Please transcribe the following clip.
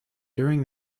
during